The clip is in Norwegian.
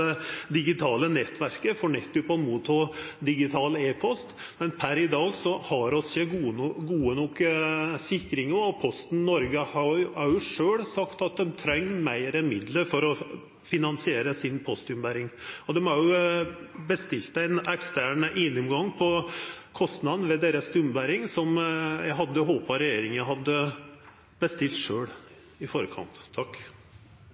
digitale nettverket for nettopp å ta imot digital e-post, men per i dag har vi ikkje gode nok sikringar. Posten Noreg har òg sjølv sagt at dei treng meir midlar for å finansiera postomberinga. Dei har òg bestilt ein ekstern gjennomgang av kostnadene ved omberinga deira, som eg hadde håpa regjeringa hadde bestilt